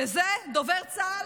על זה דובר צה"ל